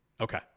okay